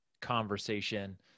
conversation